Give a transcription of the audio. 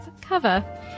cover